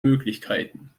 möglichkeiten